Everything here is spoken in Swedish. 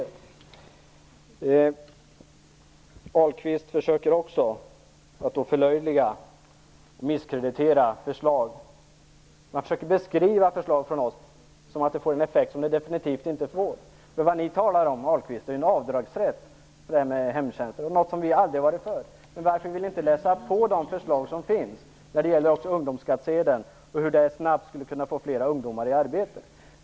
Johnny Ahlqvist försöker också att förlöjliga och misskreditera förslag. Han försöker beskriva förslag från kds som att de får en effekt som de definitivt inte får. Vad ni talar om, Johnny Ahlqvist, är en avdragsrätt för hemtjänster. Det är något som vi aldrig har varit för. Varför vill ni inte läsa de förslag som finns när det gäller ungdomsskattsedeln och hur den snabbt skulle få flera ungdomar i arbete?